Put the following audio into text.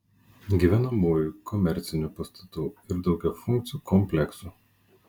gyvenamųjų komercinių pastatų ir daugiafunkcių kompleksų